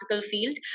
field